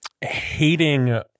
hating